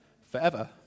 forever